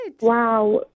Wow